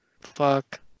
Fuck